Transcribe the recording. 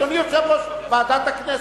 אדוני יושב-ראש ועדת הכנסת,